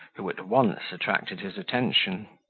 who at once attracted his attention.